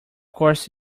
course